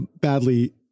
badly